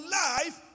life